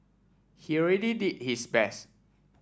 he already did his best